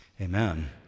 amen